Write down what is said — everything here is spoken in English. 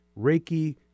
Reiki